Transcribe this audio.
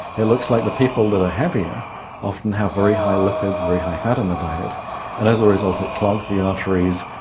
it looks like the people who are heavier often have very high lipids, very high fat in the diet and as a result it clogs the arteries,